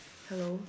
hello